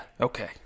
Okay